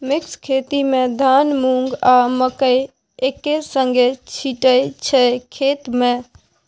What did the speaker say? mix खेती मे धान, मुँग, आ मकय एक्के संगे छीटय छै खेत मे